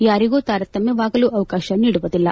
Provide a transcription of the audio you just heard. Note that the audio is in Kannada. ಯಾರಿಗೂ ತಾರತಮ್ಲವಾಗಲು ಅವಕಾಶ ನೀಡುವುದಿಲ್ಲ